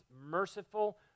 merciful